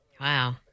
wow